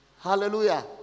Hallelujah